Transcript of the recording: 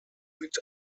mit